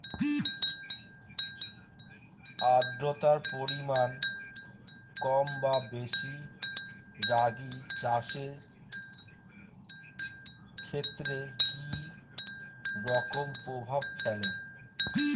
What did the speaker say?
আদ্রতার পরিমাণ কম বা বেশি রাগী চাষের ক্ষেত্রে কি রকম প্রভাব ফেলে?